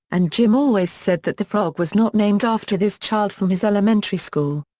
and jim always said that the frog was not named after this child from his elementary school.